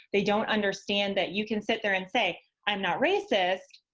they don't understand that you can sit there and say, i'm not racist,